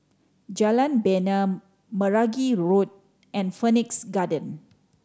Jalan Bena Meragi Road and Phoenix Garden